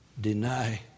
deny